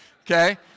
Okay